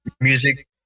music